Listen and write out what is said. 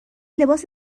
لباس